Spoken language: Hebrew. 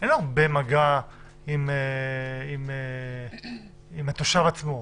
- אין הרבה מגע עם התושב עצמו.